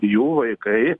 jų vaikai